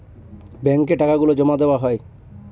ব্যাঙ্কে টাকা গুলো জমা দেওয়া হয়